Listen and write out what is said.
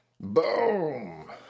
Boom